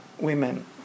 women